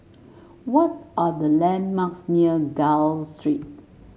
what are the landmarks near Gul Street